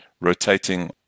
rotating